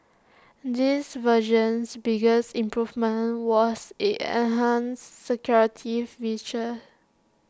this version's biggest improvement was its enhanced security feature